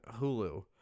Hulu